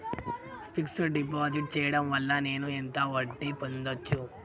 Fix డ్ deposit చేయటం వల్ల నేను ఎంత వడ్డీ పొందచ్చు?